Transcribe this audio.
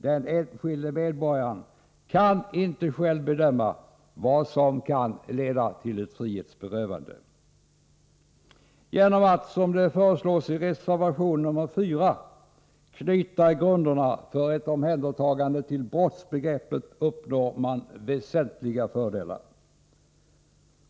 Den enskilde medborgaren kan inte själv bedöma vad som kan leda till ett frihetsberövande. Genom att — som föreslås i reservation 4 — knyta grunderna för ett omhändertagande till brottsbegreppet uppnår man väsentliga fördelar.